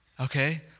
Okay